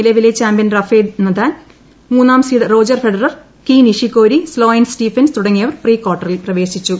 നിലവിലെ champion Rafael Nadal മൂന്നാം seed Roger Federer Kei Nishikori Sloane Stephens തുടങ്ങിയവർ പ്രീ കോർട്ടറിൽ പ്രവേശിച്ചു